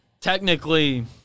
Technically